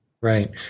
Right